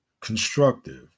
constructive